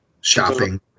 shopping